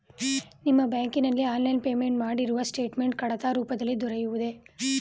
ನಿಮ್ಮ ಬ್ಯಾಂಕಿನಲ್ಲಿ online payment ಮಾಡಿರುವ ಸ್ಟೇಟ್ಮೆಂಟ್ ಕಡತ ರೂಪದಲ್ಲಿ ದೊರೆಯುವುದೇ?